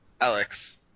Alex